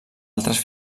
altres